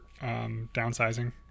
downsizing